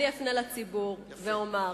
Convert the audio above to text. אני אפנה לציבור ואומר: